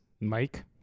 mike